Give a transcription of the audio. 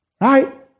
Right